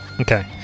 Okay